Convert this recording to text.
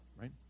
right